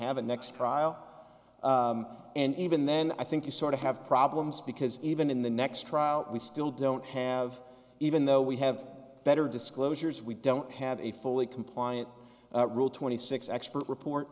a next trial and even then i think you sort of have problems because even in the next trial we still don't have even though we have better disclosures we don't have a fully compliant rule twenty six expert report